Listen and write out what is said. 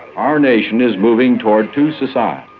our nation is moving toward two societies,